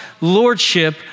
lordship